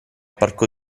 parco